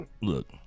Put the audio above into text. Look